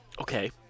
okay